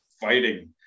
fighting